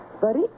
Buddy